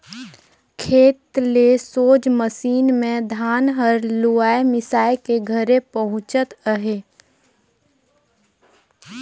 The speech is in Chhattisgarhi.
खेते ले सोझ मसीन मे धान हर लुवाए मिसाए के घरे पहुचत अहे